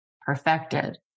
perfected